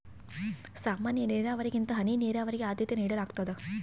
ಸಾಮಾನ್ಯ ನೇರಾವರಿಗಿಂತ ಹನಿ ನೇರಾವರಿಗೆ ಆದ್ಯತೆ ನೇಡಲಾಗ್ತದ